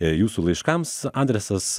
jūsų laiškams adresas